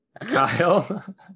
kyle